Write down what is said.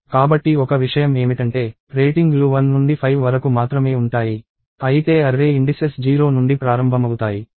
కాబట్టి ఒక విషయం ఏమిటంటే రేటింగ్లు 1 నుండి 5 వరకు మాత్రమే ఉంటాయి అయితే అర్రే ఇండిసెస్ 0 నుండి ప్రారంభమవుతాయి